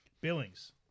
Billings